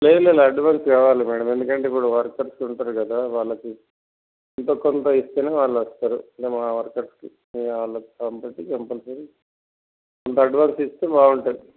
లేదు లేదు అడ్వాన్స్ కావాలి మ్యాడమ్ ఎందుకంటే ఇప్పుడు వర్కర్స్ ఉంటారు కదా వాళ్ళకి ఎంతో కొంత ఇస్తేనే వాళ్ళు వస్తారు ఇంకా మా వర్కర్స్కి ఇంకా వాళ్ళకి కాబట్టి కంపల్సరీ కొంత అడ్వాన్స్ ఇస్తే బాగుంటుంది